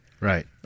Right